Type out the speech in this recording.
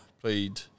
Played